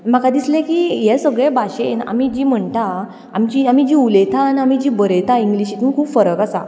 म्हाका दिसलें की हें सगळें भाशेन आमी जी म्हणटा आमची आमी जी उलयता आनी आमी जी बरयता इंग्लीशींत तितूंत खूब फरक आसा